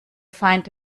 feind